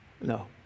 No